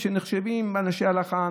שנחשבים אנשי הלכה,